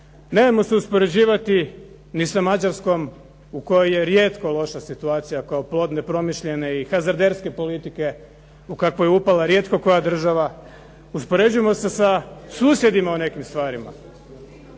Nemojmo se uspoređivati ni sa Mađarskom u kojoj je rijetko loša situacija kao plod nepromišljene i hazarderske politike u kakvu je upala rijetko koja država. Uspoređujemo se sa susjedima u nekim stvarima.